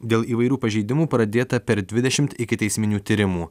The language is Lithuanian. dėl įvairių pažeidimų pradėta per dvidešim ikiteisminių tyrimų